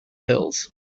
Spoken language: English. hills